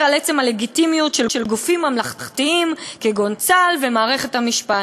על עצם הלגיטימיות של גופים ממלכתיים כגון צה"ל ומערכת המשפט.